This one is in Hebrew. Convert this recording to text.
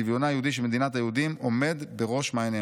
שצביונה היהודי של מדינת היהודים עומד בראש מעייניהם".